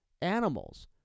animals